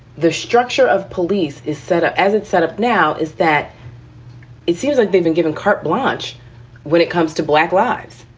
the structure of police is set up as it's set up now is that it seems like they've been given carte blanche when it comes to black lives.